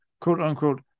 quote-unquote